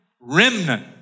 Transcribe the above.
remnant